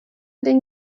den